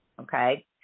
okay